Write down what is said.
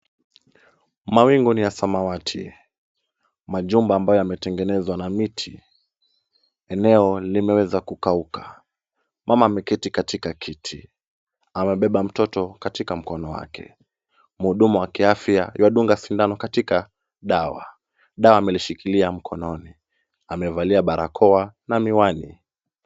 Mawingu ni ya samawati. Majumba ambayo yametengenezwa na miti, eneo limeweza kukauka. Mama ameketi katika kiti amebeba mtoto katika mkono wake. Mhudumu wa kiafya yuadunga sindano katika dawa. Dawa amelishikilia mkononi. Amevalia barakoa na miwani.